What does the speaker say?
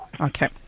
Okay